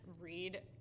read